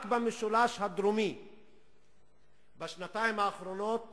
רק במשולש הדרומי נרצחו בשנתיים האחרונות